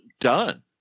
done